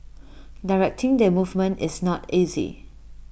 directing their movement is not easy